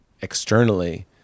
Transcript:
externally